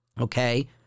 Okay